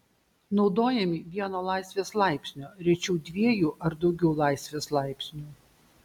naudojami vieno laisvės laipsnio rečiau dviejų ar daugiau laisvės laipsnių